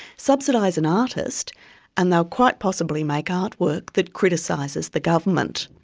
subsidise an artist and they'll quite possibly make artwork that criticises the government.